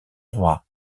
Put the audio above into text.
roi